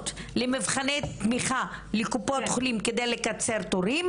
למבחני תמיכה לקופות החולים כדי לקצר תורים,